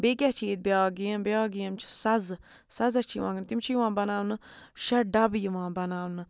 بیٚیہِ کیٛاہ چھِ ییٚتہِ بیٛاکھ گیم بیٛاکھ گیم چھِ سَزٕ سَزَس چھِ یِوان تِم چھِ یِوان بَناونہٕ شےٚ ڈَبہٕ یِوان بَناونہٕ